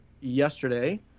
yesterday